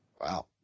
Wow